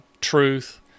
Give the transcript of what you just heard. truth